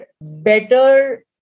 better